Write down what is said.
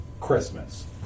Christmas